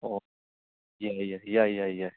ꯑꯣ ꯌꯥꯏ ꯌꯥꯏ ꯌꯥꯏ ꯌꯥꯏ ꯌꯥꯏ